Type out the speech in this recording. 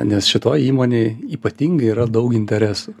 nes šitoj įmonėj ypatingai yra daug interesų